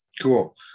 cool